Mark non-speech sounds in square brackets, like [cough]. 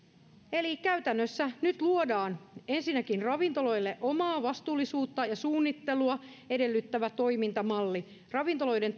eli käytännössä nyt luodaan ensinnäkin ravintoloille omaa vastuullisuutta ja suunnittelua edellyttävä toimintamalli ravintoloiden [unintelligible]